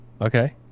Okay